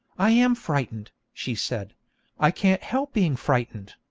i am frightened she said i can't help being frightened.